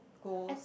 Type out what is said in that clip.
goes